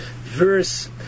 verse